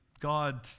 God